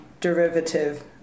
derivative